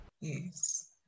Yes